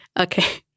Okay